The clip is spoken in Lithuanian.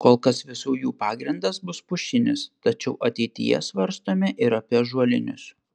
kol kas visų jų pagrindas bus pušinis tačiau ateityje svarstome ir apie ąžuolinius